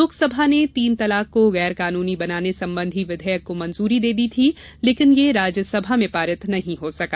लोक सभा ने तीन तलाक को गैर कानूनी बनाने सम्बंधी विधेयक को मुजेरी दे दी थी लेकिन यह राज्य सभा में पारित नहीं हो सका